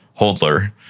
holdler